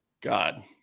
God